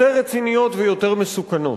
יותר רציניות ויותר מסוכנות.